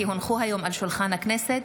כי הונחו היום על שולחן הכנסת,